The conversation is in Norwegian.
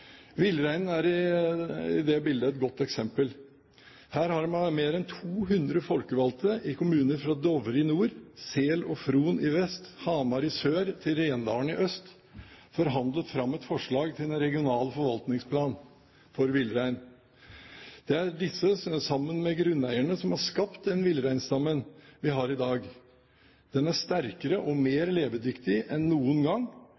Villreinen er i det bildet et godt eksempel. Her har mer enn 200 folkevalgte i forskjellige kommuner, fra Dovre i nord, Sel og Fron i vest, Hamar i sør til Rendalen i øst, forhandlet fram et forslag til en regional forvaltningsplan for villrein. Det er disse, sammen med grunneierne, som har skapt den villreinstammen vi har i dag. Den er sterkere og mer levedyktig enn noen gang,